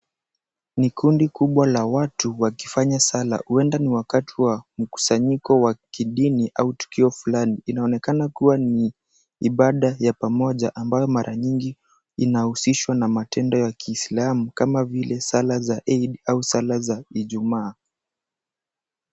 Ni kundi kubwa la watu wakifanya sala. Huenda ni wakati wa mkusanyiko wa kidini au tukio fulani. Inaonekana kuwa ni ibada ya pamoja ambayo mara nyingi inahusishwa na matendo ya kiislamu, kama vile sala za Eid au sala za Ijumaa.